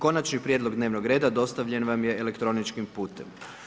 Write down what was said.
Konačni prijedlog dnevnog reda, dostavljen vam je elektroničkim putem.